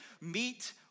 meet